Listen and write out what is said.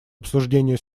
обсуждения